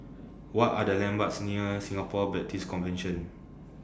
What Are The landmarks near Singapore Baptist Convention